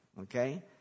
okay